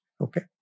Okay